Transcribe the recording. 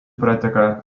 prateka